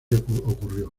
ocurrió